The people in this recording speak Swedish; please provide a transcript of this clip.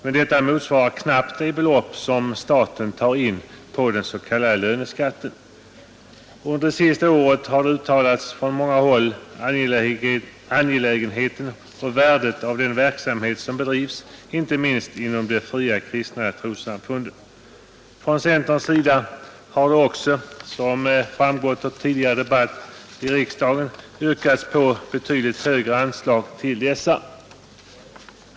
Men detta motsvarar knappt det belopp som staten tar in på den s.k. löneskatten. Under det senaste året har från många håll framhållits angelägenheten och värdet av den verksamhet som bedrivs, inte minst inom de fria kristna trossamfunden. Från centerns sida har också, som framgått av tidigare debatt i riksdagen, yrkats på betydligt högre anslag till dessa.